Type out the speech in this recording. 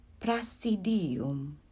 Prasidium